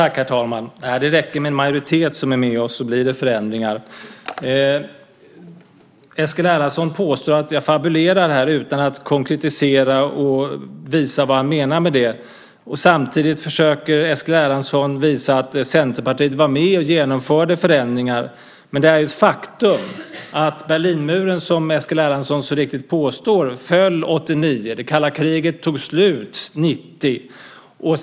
Herr talman! Det räcker med att ha en majoritet med oss så blir det förändringar. Eskil Erlandsson påstår att jag fabulerar här utan att konkretisera och visa vad han menar med det. Samtidigt försöker Eskil Erlandsson visa att Centerpartiet var med och genomförde förändringar. Men faktum är att Berlinmuren föll, som Eskil Erlandsson mycket riktigt säger, 1989 och att det kalla kriget tog slut 1990.